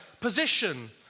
position